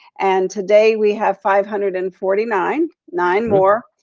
and today we have five hundred and forty nine, nine more.